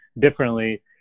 differently